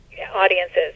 Audiences